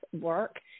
work